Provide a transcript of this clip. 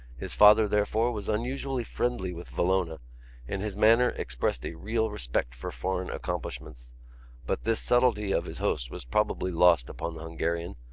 his father, therefore, was unusually friendly with villona and his manner expressed a real respect for foreign accomplishments but this subtlety of his host was probably lost upon the hungarian,